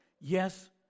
yes